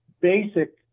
basic